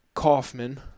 Kaufman